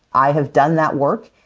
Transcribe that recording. i have done that work.